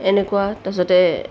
এনেকুৱা তাৰপাছতে